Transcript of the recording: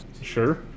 sure